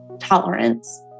tolerance